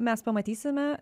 mes pamatysime